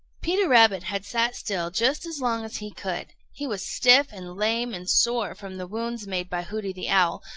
peter rabbit had sat still just as long as he could. he was stiff and lame and sore from the wounds made by hooty the owl,